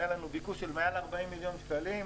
היה לנו ביקוש של מעל 40 מיליון שקלים,